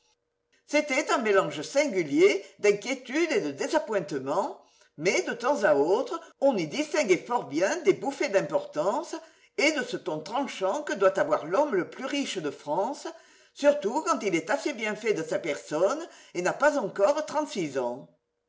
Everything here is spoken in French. c'était un mélange singulier d'inquiétude et de désappointement mais de temps à autre on y distinguait fort bien des bouffé es d'importance et de ce ton tranchant que doit avoir l'homme le plus riche de france quand surtout il est assez bien fait de sa personne et n'a pas encore trente-six ans